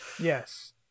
Yes